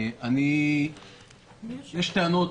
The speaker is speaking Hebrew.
יש טענות,